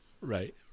Right